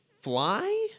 Fly